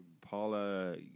Paula